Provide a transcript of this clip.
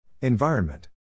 Environment